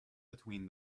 between